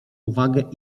uwagę